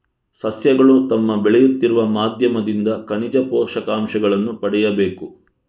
ಸಸ್ಯಗಳು ತಮ್ಮ ಬೆಳೆಯುತ್ತಿರುವ ಮಾಧ್ಯಮದಿಂದ ಖನಿಜ ಪೋಷಕಾಂಶಗಳನ್ನು ಪಡೆಯಬೇಕು